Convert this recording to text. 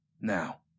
Now